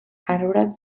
arbre